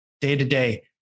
day-to-day